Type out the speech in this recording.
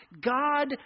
God